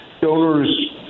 Donors